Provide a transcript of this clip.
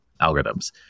algorithms